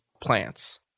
plants